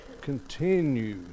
continue